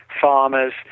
farmers